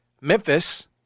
Memphis